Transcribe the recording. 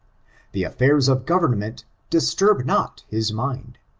the affairs of government disturb not his mind,